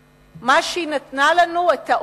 מה שהיא נתנה לנו, את העוצמה